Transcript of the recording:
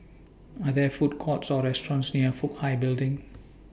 Are There Food Courts Or restaurants near Fook Hai Building